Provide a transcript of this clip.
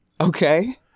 Okay